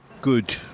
good